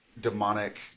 demonic